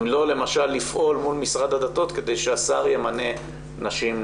אם לא למשל לפעול מול משרד הדתות כדי שהשר ימנה נשים?